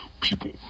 people